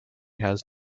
has